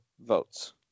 votes